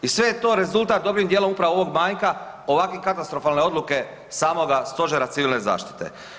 I sve to je rezultat dobrim djelom upravo ovog manjka ovakve katastrofalne odluke samoga Stožera civilne zaštite.